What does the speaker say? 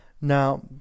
now